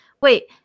wait